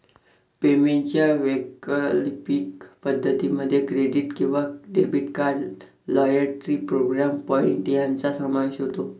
पेमेंटच्या वैकल्पिक पद्धतीं मध्ये क्रेडिट किंवा debit card, loyalty programme point यांचा समावेश होतो